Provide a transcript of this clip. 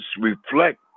reflect